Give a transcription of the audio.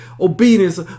obedience